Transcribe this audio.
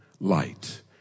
Light